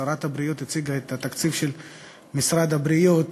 שרת הבריאות הציגה את התקציב של משרד הבריאות.